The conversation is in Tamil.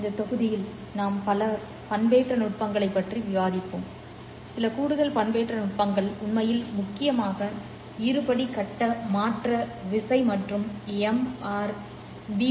இந்த தொகுதியில் நாம் பல பண்பேற்ற நுட்பங்களைப் பற்றி விவாதிப்போம் சில கூடுதல் பண்பேற்ற நுட்பங்கள் உண்மையில் முக்கியமாக இருபடி கட்ட மாற்ற விசை மற்றும் எம் ஆரி பி